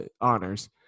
honors